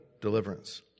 deliverance